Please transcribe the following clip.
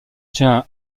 tient